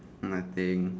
nothing